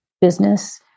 business